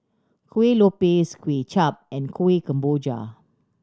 Kuih Lopes Kway Chap and Kueh Kemboja